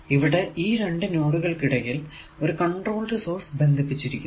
ഇവിടെ ഈ രണ്ടു നോഡുകൾക്കിടയിൽ ഒരു കൺട്രോൾഡ് സോഴ്സ് ബന്ധിപ്പിച്ചിരിക്കുന്നു